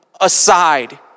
aside